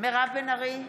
מירב בן ארי,